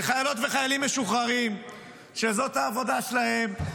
אלו חיילות וחיילים משוחררים שזאת העבודה שלהם,